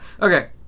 Okay